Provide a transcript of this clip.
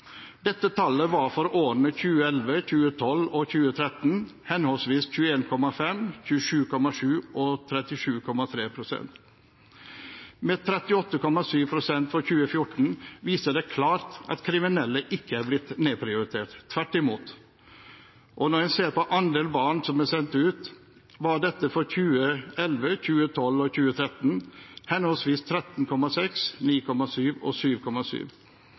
Dette tallet var for årene 2011, 2012 og 2013 henholdsvis 21,5 pst., 27,7 pst. og 37,3 pst. Med 38,7 pst. for 2014 viser det klart at kriminelle ikke er blitt nedprioritert, tvert imot. Når en ser på andelen barn som er sendt ut, var dette for 2011, 2012 og 2013 henholdsvis 13,6 pst., 9,7 pst. og 7,7